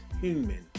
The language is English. human